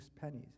pennies